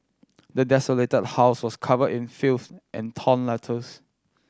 the desolated house was covered in filth and torn letters